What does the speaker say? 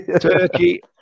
Turkey